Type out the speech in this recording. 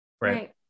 Right